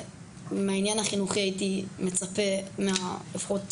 מהעניין החינוכי הייתי מצפה, לפחות,